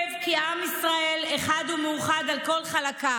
שיזכרו היטב כי עם ישראל אחד ומאוחד על כל חלקיו.